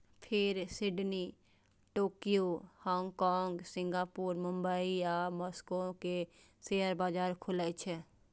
फेर Sydney, Tokyo, Hong Kong, Singapore, Mumbai आ Moscow के शेयर बाजार खुलै छै